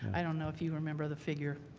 i don't know if you remember the figure